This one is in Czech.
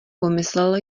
pomyslel